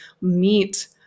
meet